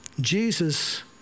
Jesus